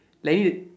like you